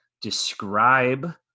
describe